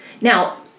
Now